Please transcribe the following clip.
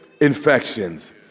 infections